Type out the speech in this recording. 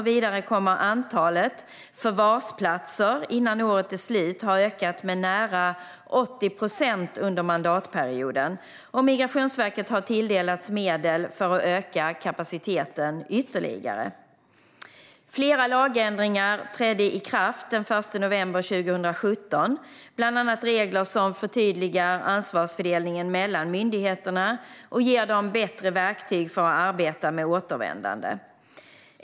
Vidare kommer antalet förvarsplatser innan året är slut att ha ökat med nära 80 procent under mandatperioden, och Migrationsverket har tilldelats medel för att öka kapaciteten ytterligare. Flera lagändringar trädde i kraft den 1 november 2017, bland annat regler som förtydligar ansvarsfördelningen mellan myndigheterna och ger dem bättre verktyg för att arbeta med återvändande.